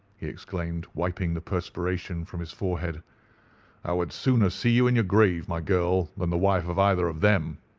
he exclaimed, wiping the perspiration from his forehead i would sooner see you in your grave, my girl, than the wife of either of them.